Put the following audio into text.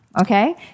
okay